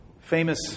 famous